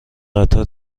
قطار